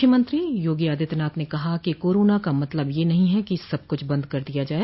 मुख्यमंत्री योगी आदित्यनाथ ने कहा कि कोरोना का मतलब यह नहीं है कि सब कुछ बंद कर दिया जाए